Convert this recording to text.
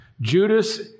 Judas